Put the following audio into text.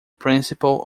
principle